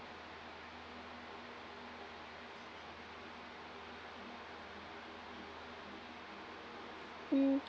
mm